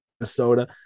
Minnesota